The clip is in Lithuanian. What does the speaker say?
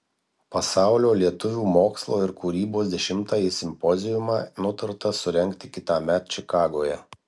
pasaulio lietuvių mokslo ir kūrybos dešimtąjį simpoziumą nutarta surengti kitąmet čikagoje